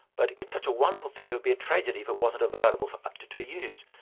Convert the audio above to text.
but it's such a wonderful thing it would be a tragedy if it wasn't available for, ah to to be used.